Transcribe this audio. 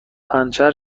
پنچر